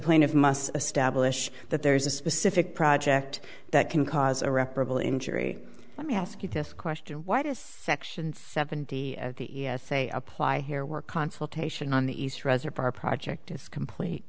plaintiff must establish that there is a specific project that can cause irreparable injury let me ask you this question why does section seventy at the say apply here work consultation on the east reservoir project is complete